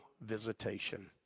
visitation